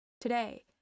Today